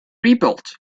rebuilt